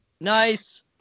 Nice